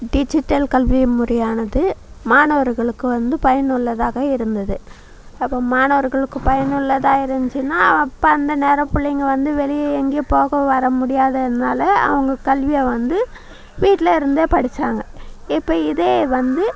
digital கல்வி முறையானது மாணவர்களுக்கு வந்து பயனுள்ளதாக இருந்தது அப்போ மாணவர்களுக்கு பயனுள்ளதா இருந்துச்சினா அப்போ அந்த நேரம் பிள்ளைங்க வந்து வெளியே எங்கேயும் போக வர முடியாததுனால் அவங்க கல்வியை வந்து வீட்லருந்தே படிச்சாங்க இப்போ இதே வந்து